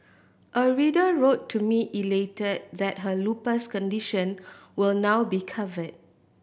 a reader wrote to me elated that her lupus condition will now be covered